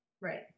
right